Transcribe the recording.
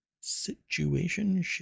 situation